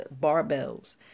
barbells